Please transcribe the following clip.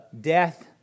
death